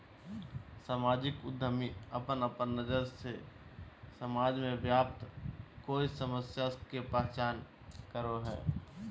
सामाजिक उद्यमी अपन अपन नज़र से समाज में व्याप्त कोय समस्या के पहचान करो हइ